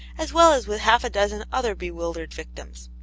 as well as with half a dozen other bewildered victims.